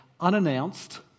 unannounced